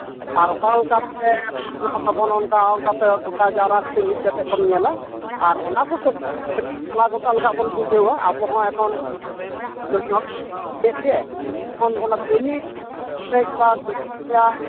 ᱟᱨ ᱚᱠᱟᱞᱮᱠᱟ ᱯᱮ ᱯᱟᱥᱱᱟᱣ ᱛᱟᱵᱚᱱᱟ ᱚᱱᱠᱟ ᱚᱱᱠᱟ ᱛᱮ ᱠᱚᱴᱟ ᱡᱟᱣᱨᱟ ᱠᱟᱛᱮᱫ ᱢᱤᱫ ᱠᱟᱛᱮᱫ ᱵᱚᱱ ᱧᱮᱞᱟ ᱟᱨ ᱚᱱᱟ ᱠᱚ ᱠᱟᱹᱴᱤᱡᱼᱠᱟᱹᱴᱤᱡ ᱥᱟᱞᱟ ᱜᱚᱴᱟ ᱞᱮᱠᱷᱟᱱ ᱵᱚᱱ ᱵᱩᱡᱷᱟᱹᱣᱟ ᱟᱵᱚ ᱦᱚᱸ ᱮᱠᱷᱚᱱ ᱠᱟᱹᱢᱤ ᱦᱚᱲ ᱢᱤᱫ ᱜᱮ ᱮᱱᱠᱷᱟᱱ ᱚᱱᱟ ᱠᱟᱹᱢᱤ ᱢᱤᱫ ᱵᱟᱨ ᱠᱟᱹᱢᱤ ᱨᱮᱭᱟᱜ